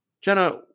Jenna